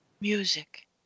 music